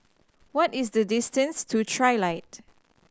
what is the distance to Trilight